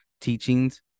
teachings